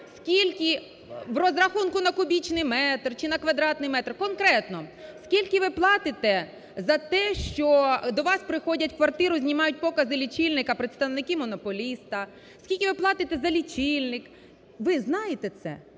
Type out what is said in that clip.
Скільки… в розрахунку на кубічний метр чи на квадратний метр, конкретно? Скільки ви платите за те, що до вас приходять в квартиру і знімають покази лічильника, представники монополіста? Скільки ви платите за лічильник? Ви знаєте це?